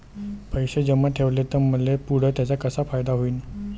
पैसे जमा ठेवले त मले पुढं त्याचा कसा फायदा होईन?